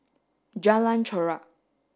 Jalan Chorak